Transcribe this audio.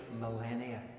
millennia